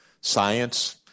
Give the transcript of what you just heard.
science